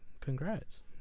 Congrats